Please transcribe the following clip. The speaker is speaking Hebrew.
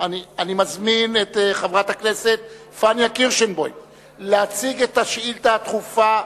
את חברת הכנסת פניה קירשנבאום להציג את השאילתא הדחופה.